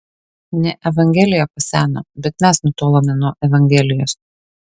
ne evangelija paseno bet mes nutolome nuo evangelijos